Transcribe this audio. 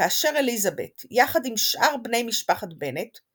כאשר אליזבת, יחד עם שאר בני משפחת בנט,